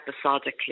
episodically